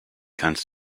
kannst